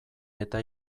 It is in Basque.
eta